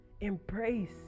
Embrace